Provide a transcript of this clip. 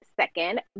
second